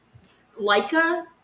Leica